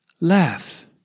Laugh